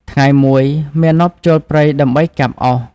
ថ្ងៃមួយ មាណពចូលព្រៃដើម្បីកាប់អុស។